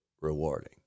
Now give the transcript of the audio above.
rewarding